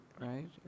right